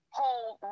hold